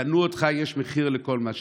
קנו אותך, יש מחיר" לכל מה שזה.